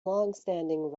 longstanding